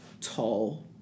tall